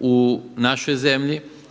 u našoj zemlji